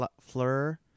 Fleur